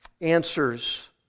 answers